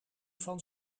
van